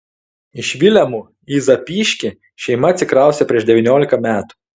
iš vilemų į zapyškį šeima atsikraustė prieš devyniolika metų